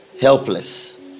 helpless